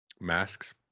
Masks